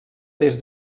des